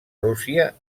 rússia